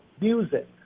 music